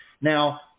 now